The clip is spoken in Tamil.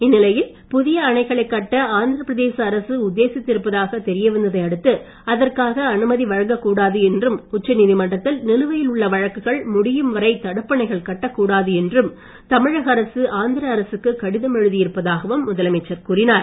இந்த நிலையில் புதிய அணைகளைக் கட்ட ஆந்திரபிரதேச அரசு உத்தேசித்து இருப்பதாக தெரிய வந்ததை அடுத்து அதற்கான அனுமதி வழங்கக்கூடாது என்றும் உச்ச நீதிமன்றத்தில் நிலுவையில் உள்ள வழக்குகள் முடியும்வரை தடுப்பணைகள் கட்டக்கூடாது என்றும் தமிழக அரசு ஆந்திர அரசுக்கு கடிதம் எழுதி இருப்பதாகவும் முதலமைச்சர் கூறினார்